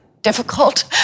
Difficult